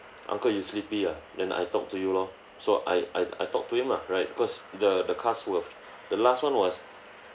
uncle you sleepy ah then I talk to you lor so I I I talk to him lah right because the the car swerved the last one was